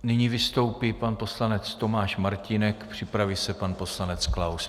Nyní vystoupí pan poslanec Tomáš Martínek, připraví se pan poslanec Klaus.